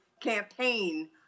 campaign